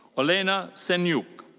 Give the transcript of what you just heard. olena senyk.